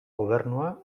gobernua